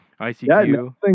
ICQ